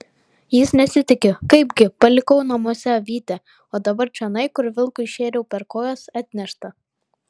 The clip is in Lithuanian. jis nesitiki kaipgi palikau namuose avytę o dabar čionai kur vilkui šėriau per kojas atnešta